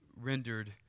rendered